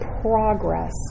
progress